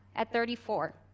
at thirty four,